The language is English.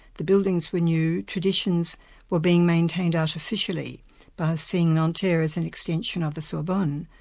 the buildings were new, traditions were being maintained artificially by seeing nanterre as an extension of the sorbonne.